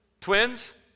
twins